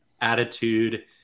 attitude